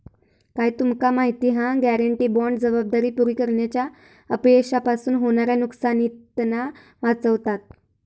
काय तुमका माहिती हा? गॅरेंटी बाँड जबाबदारी पुरी करण्याच्या अपयशापासून होणाऱ्या नुकसानीतना वाचवता